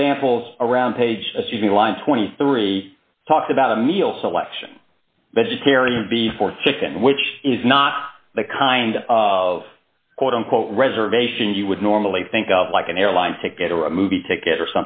examples around page a see the line twenty three dollars talks about a meal selection vegetarian before chicken which is not the kind of quote unquote reservation you would normally think of like an airline ticket or a movie ticket or